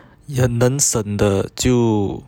你很能省的就